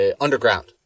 underground